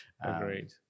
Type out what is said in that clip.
Agreed